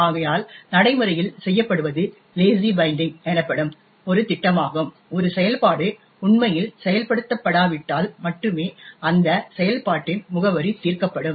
ஆகையால் நடைமுறையில் செய்யப்படுவது லேசி பைண்டிங் எனப்படும் ஒரு திட்டமாகும் ஒரு செயல்பாடு உண்மையில் செயல்படுத்தப்படாவிட்டால் மட்டுமே அந்த செயல்பாட்டின் முகவரி தீர்க்கப்படும்